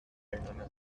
her